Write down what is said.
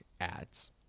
ads